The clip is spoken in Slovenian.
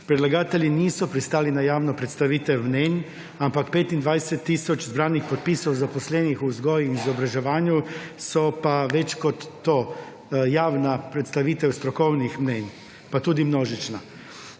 Predlagatelji niso pristali na javno predstavitev mnenj, ampak 25 tisoč zbranih podpisov zaposlenih v vzgoji in izobraževanju so pa več kot to - javna predstavitev strokovnih mnenj, pa tudi množična.